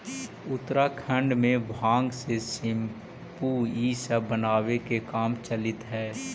उत्तराखण्ड में भाँग से सेम्पू इ सब बनावे के काम चलित हई